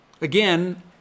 Again